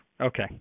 Okay